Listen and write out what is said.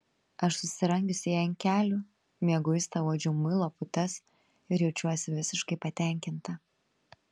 aš susirangiusi jai ant kelių mieguista uodžiu muilo putas ir jaučiuosi visiškai patenkinta